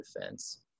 defense